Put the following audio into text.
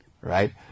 right